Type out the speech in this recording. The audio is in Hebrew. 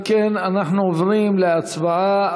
אם כן, אנחנו עוברים להצבעה.